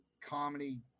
comedy